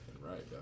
Right